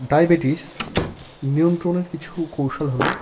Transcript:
diabetes নিয়ন্ত্রণের কিছু কৌশল হলো